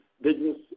business